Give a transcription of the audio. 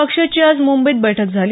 पक्षाची आज मुंबईत बैठक झाली